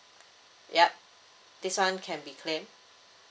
yup this one can be claimed